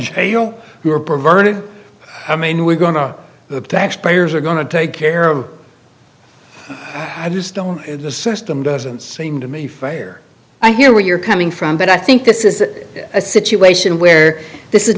jail who are perverted i mean we're going to the taxpayers are going to take care of i just don't the system doesn't seem to me fire i hear where you're coming from but i think this is a situation where this is